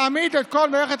להעמיד את כל מערכת